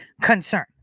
concern